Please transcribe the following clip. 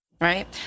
right